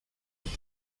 with